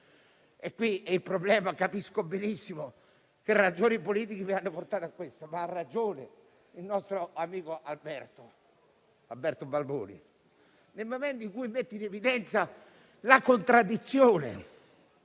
e qui è il problema e capisco benissimo - le ragioni politiche che hanno portato a questo. Ha ragione il nostro amico Alberto Balboni: nel momento in cui si mette in evidenza la contraddizione,